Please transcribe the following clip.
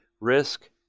risk